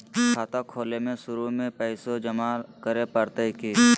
खाता खोले में शुरू में पैसो जमा करे पड़तई की?